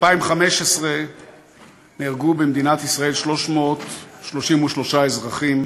ב-2015 נהרגו במדינת ישראל 333 אזרחים,